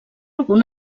algun